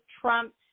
Trump